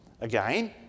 Again